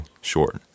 short